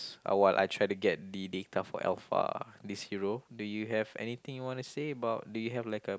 uh while I try to get the data for Alpha this hero do you have anything you want to say about do you have like a